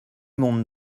monde